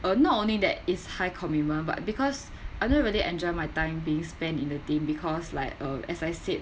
uh not only that is high commitment but because I don't really enjoy my time being spent in a team because like uh as I said